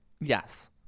yes